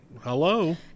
Hello